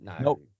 Nope